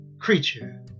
creature